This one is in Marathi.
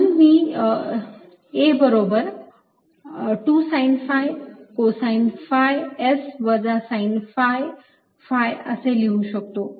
म्हणून मी A बरोबर 2 sine phi cosine phi S वजा sine phi phi असे लिहू शकतो